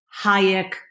Hayek